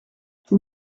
tout